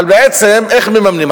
אבל בעצם איך מממנים?